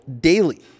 daily